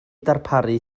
darparu